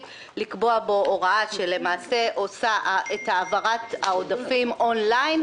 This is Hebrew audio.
לקבוע בו הוראה שלמעשה עושה את העברת העודפים און ליין,